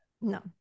no